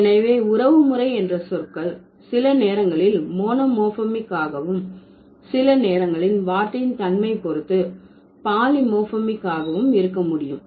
எனவே உறவுமுறை என்ற சொற்கள் சில நேரங்களில் மோனோமோர்பமிக் ஆகவும் சில நேரங்களில் வார்த்தையின் தன்மையை பொறுத்து பாலிமோர்பிமிக் ஆகவும் இருக்க முடியும்